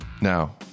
Now